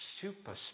super